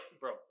Bro